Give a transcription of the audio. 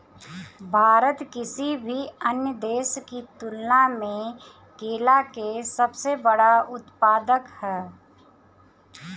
भारत किसी भी अन्य देश की तुलना में केला के सबसे बड़ा उत्पादक ह